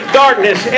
darkness